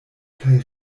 kaj